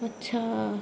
અચ્છા